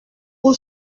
pour